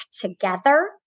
together